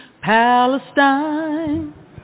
Palestine